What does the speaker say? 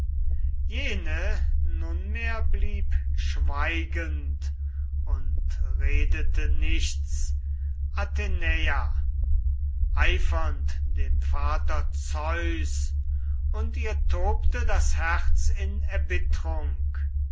jene nunmehr blieb schweigend und redete nichts athenäa eifernd dem vater zeus und ihr tobte das herz in